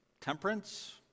temperance